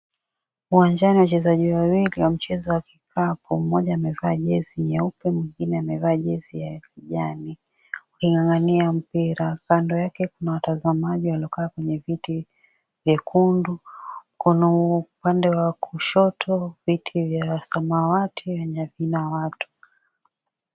Uwanjani wachezaji wawili wa mchezo wa kikapu, mmoja amevaa jezi nyeupe mwingine amevaa jezi ya kijani waking'ang'ania mpira. Kando yake kuna watazamaji waliokaa kwenye viti vyekundu. Kuna upande wa kushoto viti vya samawati vyenye havina watu.